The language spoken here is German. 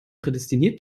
prädestiniert